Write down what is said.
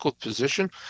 position